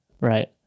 Right